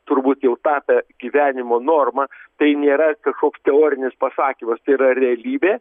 turbūt jau tapę gyvenimo norma tai nėra kažkoks teorinis pasakymas tai yra realybė